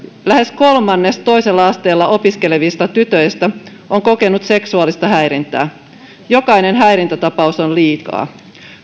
lähes kolmannes toisella asteella opiskelevista tytöistä on kokenut seksuaalista häirintää jokainen häirintätapaus on liikaa